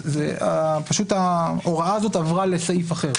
פשוט ההוראה הזאת עברה לסעיף אחר,